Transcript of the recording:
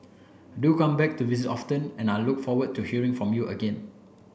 do come back to visit often and I look forward to hearing from you again